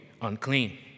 unclean